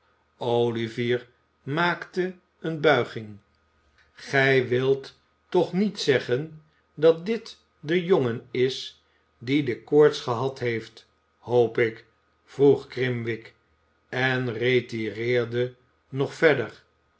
olivier maakte eene buiging gij wilt toch niet zeggen dat dit de jongen is die de koorts gehad heeft hoop ik vroeg grimwig en retireerde nog verder